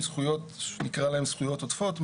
נקרא להן זכויות עודפות,